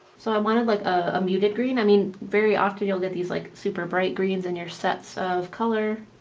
so i wanted like a muted green i mean very often you'll get these like super bright greens in your sets of color